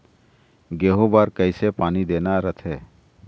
गेहूं बर कइसे पानी देना रथे?